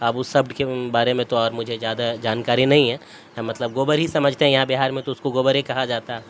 اب اس شبد کے بارے میں تو اور مجھے زیادہ جانکاری نہیں ہے مطلب گوبر ہی سمجھتے ہیں یہاں بہار میں تو اس کو گوبر ہی کہا جاتا ہے